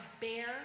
bear